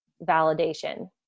validation